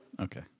Okay